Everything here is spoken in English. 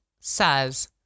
says